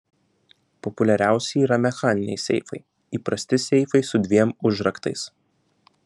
populiariausi yra mechaniniai seifai įprasti seifai su dviem užraktais